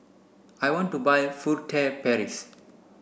I want to buy Furtere Paris